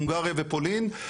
הונגריה ופולין,